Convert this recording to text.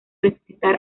resucitar